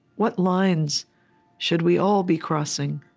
what lines should we all be crossing?